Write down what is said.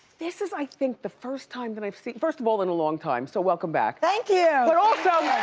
this is i think the first time that i've seen, first of all in a long time, so welcome back. thank you. but also.